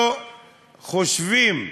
לא חושבים,